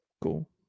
cool